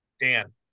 Dan